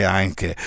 anche